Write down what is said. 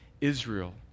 Israel